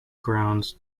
ground